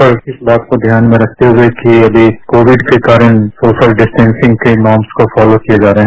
पर इस बात को ध्यान में रखते हुए कि अभी कोविड के कारण सोशल डिस्टॅसिंग के इनांस को फालो किये जा रहे हैं